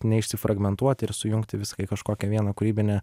neišsifragmentuoti ir sujungti viską į kažkokią vieną kūrybinę